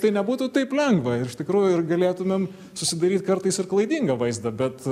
tai nebūtų taip lengva ir iš tikrųjų ir galėtumėm susidaryt kartais ir klaidingą vaizdą bet